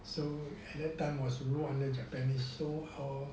so at that time was rule under japanese so our